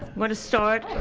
i'm going to start,